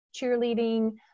cheerleading